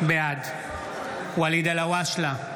בעד ואליד אלהואשלה,